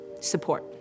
support